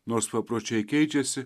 nors papročiai keičiasi